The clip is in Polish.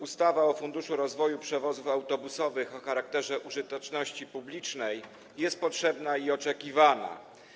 Ustawa o Funduszu rozwoju przewozów autobusowych o charakterze użyteczności publicznej jest potrzebna i oczekiwana.